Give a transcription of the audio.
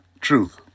Truth